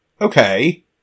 Okay